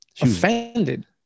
offended